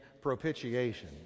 propitiation